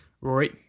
Rory